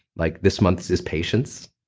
like this month's is patience.